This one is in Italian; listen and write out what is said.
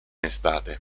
estate